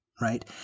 Right